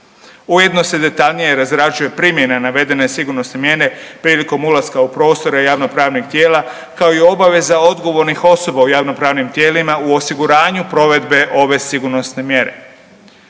Ujedno se detaljnije razrađuje primjena navedene sigurnosne mjere prilikom ulaska u prostore javnopravnih tijela kao i obaveza odgovornih osoba u javnopravnim tijelima u osiguranju provedbe ove sigurnosne mjere.